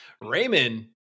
Raymond